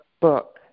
book